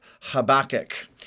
Habakkuk